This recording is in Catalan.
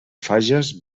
fages